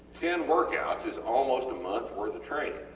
ten workouts is almost a month worth of training